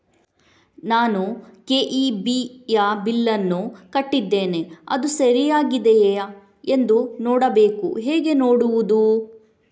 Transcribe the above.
ನಾನು ಕೆ.ಇ.ಬಿ ಯ ಬಿಲ್ಲನ್ನು ಕಟ್ಟಿದ್ದೇನೆ, ಅದು ಸರಿಯಾಗಿದೆಯಾ ಎಂದು ನೋಡಬೇಕು ಹೇಗೆ ನೋಡುವುದು?